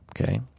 okay